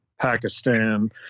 Pakistan